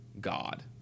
god